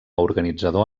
organitzador